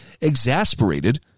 exasperated